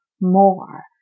more